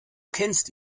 kennst